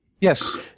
yes